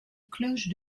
cloche